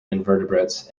invertebrates